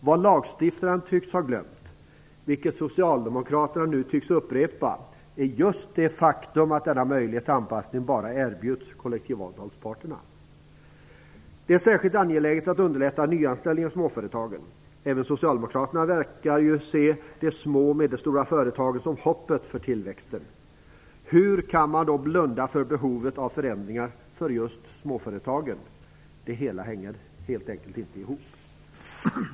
Vad lagstiftaren tycks ha glömt, vilket Socialdemokraterna nu tycks upprepa, är just det faktum att denna möjlighet till anpassning bara erbjuds kollektivavtalsparterna. Det är särskilt angeläget att underlätta nyanställningar i småföretagen. Även Socialdemokraterna verkar ju se de små och medelstora företagen som hoppet för tillväxten. Hur kan man då blunda för behovet av förändringar för just småföretagen? Det hänger helt enkelt inte ihop.